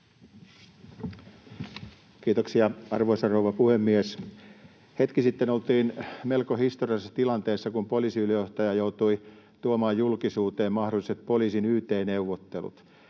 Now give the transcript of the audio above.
Kiitoksia, arvoisa rouva puhemies! Hetki sitten oltiin melko historiallisessa tilanteessa, kun poliisiylijohtaja joutui tuomaan julkisuuteen mahdolliset poliisin yt-neuvottelut.